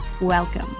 Welcome